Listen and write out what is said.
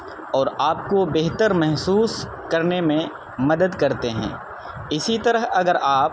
اور آپ کو بہتر محسوس کرنے میں مدد کرتے ہیں اسی طرح اگر آپ